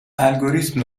الگوریتم